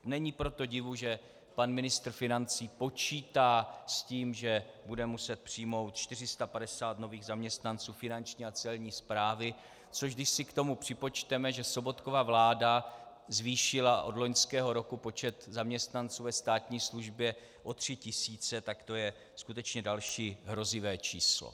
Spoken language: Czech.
Není proto divu, že pan ministr financí počítá s tím, že bude muset přijmout 450 nových zaměstnanců Finanční a Celní správy, což když si k tomu připočteme, že Sobotkova vláda zvýšila od loňského roku počet zaměstnanců ve státní službě o 3 tisíce, tak to je skutečně další hrozivé číslo.